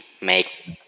make